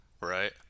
right